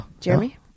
Jeremy